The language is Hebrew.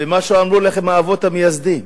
ומה שאמרו לכם האבות המייסדים,